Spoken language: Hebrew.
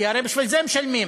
כי הרי בשביל זה משלמים.